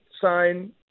sign